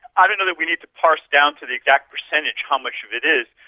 i don't know that we need to parse down to the exact percentage how much of it is.